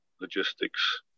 logistics